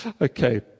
Okay